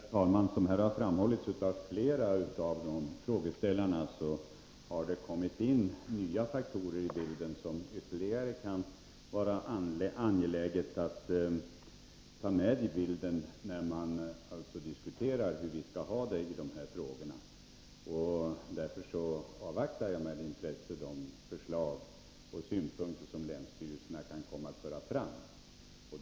Herr talman! Som har framhållits av flera av frågeställarna, har det kommit in nya faktorer i bilden som det kan vara angeläget att ta med när man diskuterar hur vi skall ha det i dessa frågor. Därför avvaktar jag med intresse de förslag och synpunkter som länsstyrelserna kan komma att föra fram.